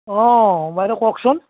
অঁ বাইদেউ কওকচোন